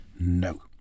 No